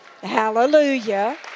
hallelujah